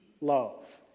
love